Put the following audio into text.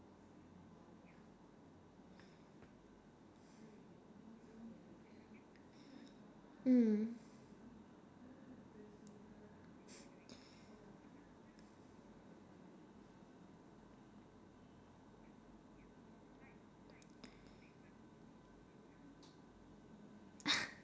hmm